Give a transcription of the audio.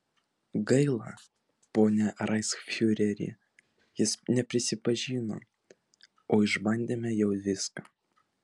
gaila pone reichsfiureri jis neprisipažino o išbandėme jau viską